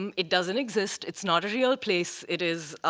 um it doesn't exist. it's not a real place. it is